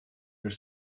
were